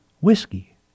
whiskey